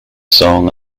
song